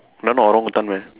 not not orangutan meh